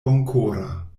bonkora